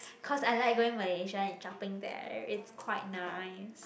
cause I like going Malaysia and shopping there it's quite nice